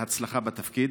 בהצלחה בתפקיד.